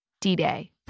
D-Day